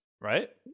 right